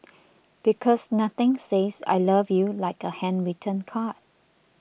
because nothing says I love you like a handwritten card